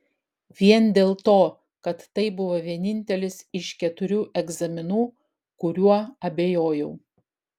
vien dėl to kad tai buvo vienintelis iš keturių egzaminų kuriuo abejojau